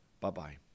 Bye-bye